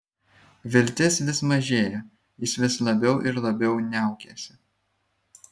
viltis vis mažėja jis vis labiau ir labiau niaukiasi